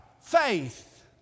faith